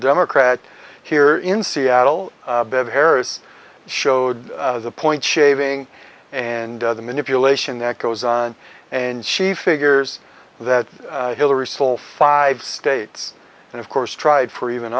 democrat here in seattle bev harris showed the point shaving and the manipulation that goes on and she figures that hillary sold five states and of course tried for even